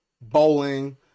bowling